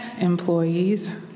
employees